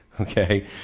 Okay